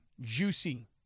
juicy